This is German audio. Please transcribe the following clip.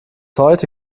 heute